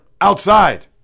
outside